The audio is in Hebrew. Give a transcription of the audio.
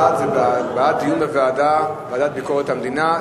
בעד זה בעד דיון בוועדה לביקורת המדינה,